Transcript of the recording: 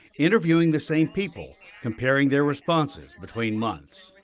interviewing the same people, comparing their responses between months.